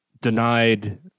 denied